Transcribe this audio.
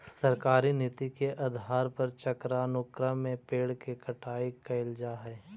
सरकारी नीति के आधार पर चक्रानुक्रम में पेड़ के कटाई कैल जा हई